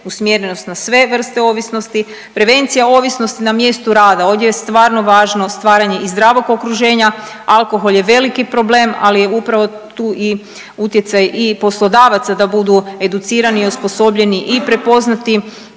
usmjerenost na sve vrste ovisnosti, prevencija ovisnosti na mjestu rada. Ovdje je stvarno važno stvaranje i zdravog okruženja, alkohol je veliki problem, al je upravo tu i utjecaj i poslodavaca da budu educirani i osposobljeni i prepoznati